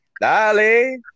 dale